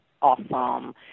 awesome